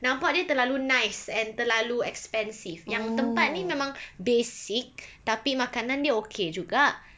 nampak dia terlalu nice and terlalu expensive yang tempat ni memang basic tapi makanan dia okay juga